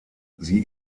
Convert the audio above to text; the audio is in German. sie